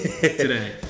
today